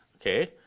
Okay